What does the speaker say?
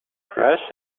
fresh